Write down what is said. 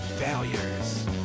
failures